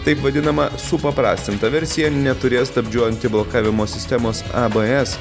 taip vadinama supaprastinta versija neturės stabdžių antiblokavimo sistemos abs